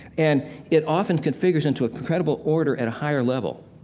and it often configures into an incredible order at a higher level.